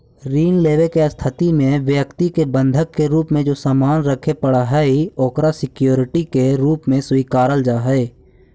ऋण लेवे के स्थिति में व्यक्ति के बंधक के रूप में जे सामान रखे पड़ऽ हइ ओकरा सिक्योरिटी के रूप में स्वीकारल जा हइ